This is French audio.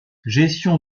gestion